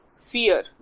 fear